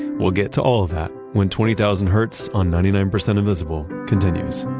we'll get to all of that when twenty thousand hertz on ninety nine percent invisible continues